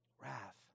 wrath